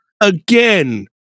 Again